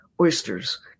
oysters